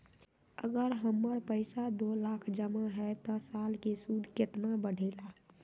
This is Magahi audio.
अगर हमर पैसा दो लाख जमा है त साल के सूद केतना बढेला?